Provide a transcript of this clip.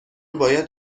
باید